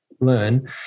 learn